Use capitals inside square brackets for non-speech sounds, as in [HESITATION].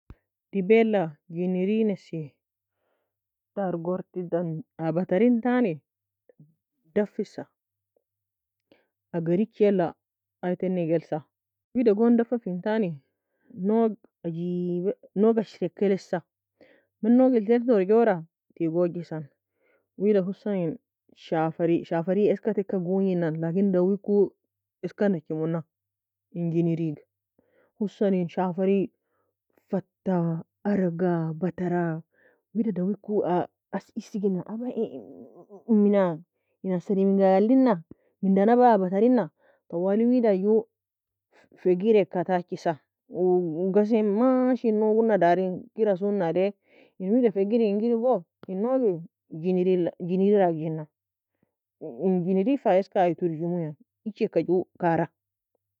Dibeala ginrinasie, targurti dan aa beterintani daffisa, ager ichieala aytenig elsa, wida gon daffafintani noge ajeeba, noge ashrieka elesa, man nogel ter torgora, tiagojisan, wida husan in shaferi shaferi eska teka gogninan lakin dewiko eska nechimona in ginerig, husan in shafiri fatta araga buara, wida dewiko aa isigina aba [HESITATION] aba iminna? In asari minga aa alina? Mindan aba aa batarina? Twali wida ju fa- f- fagireka tachisa uu ghasie mashi noge una dari kir asune nalaie, in wida fagir ingir iyg in nogi ginri ginri la agiena in gineri fa eska ay turjimu yan, icheaka ju kara.